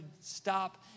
stop